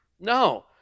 No